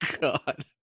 God